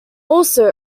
also